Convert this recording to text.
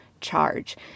charge